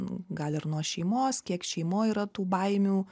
gal ir nuo šeimos kiek šeimoj yra tų baimių